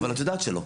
אבל את יודעת שלא.